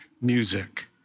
music